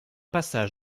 passage